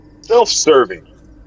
Self-serving